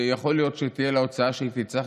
יכול להיות שתהיה לה הוצאה שהיא תצטרך